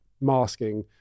masking